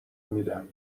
میدم